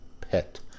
Pet